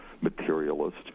materialist